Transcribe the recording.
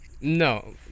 No